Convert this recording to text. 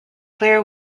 clear